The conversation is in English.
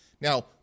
Now